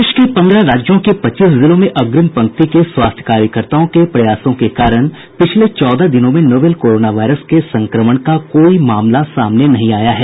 देश के पन्द्रह राज्यों के पच्चीस जिलों में अग्रिम पंक्ति के स्वास्थ्य कार्यकर्ताओं के प्रयासों के कारण पिछले चौदह दिनों में नोवेल कोरोना वायरस के संक्रमण का कोई मामला सामने नहीं आया है